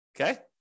Okay